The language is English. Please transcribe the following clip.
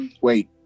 Wait